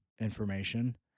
information